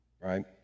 Right